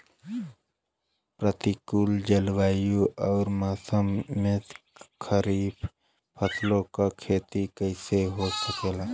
प्रतिकूल जलवायु अउर मौसम में खरीफ फसलों क खेती कइसे हो सकेला?